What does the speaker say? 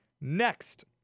Next